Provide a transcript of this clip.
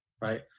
Right